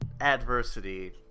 adversity